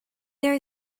there